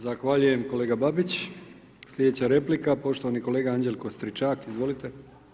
Zahvaljujem kolega Babić, slijedeća replika poštovani kolega Anđelko Stričak, izvolite.